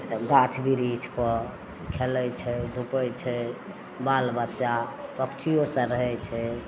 गाछ बिरिछपर खेलै छै धुपै छै बाल बच्चा पक्षिओ सब रहै छै